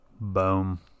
Boom